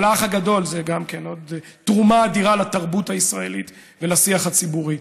והאח הגדול זו גם כן עוד תרומה אדירה לתרבות הישראלית ולשיח הציבורי.